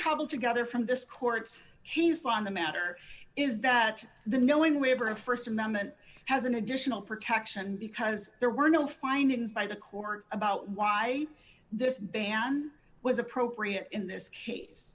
trouble together from this court he's on the matter is that the knowing we have our st amendment has an additional protection because there were no findings by the court about why this ban was appropriate in this case